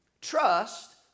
Trust